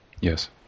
Yes